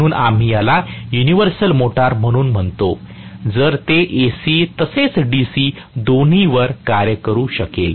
म्हणून आम्ही याला युनिव्हर्सल मोटर म्हणून म्हणतो जर ते AC तसेच DC दोन्हीवर कार्य करू शकेल